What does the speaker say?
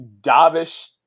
Davish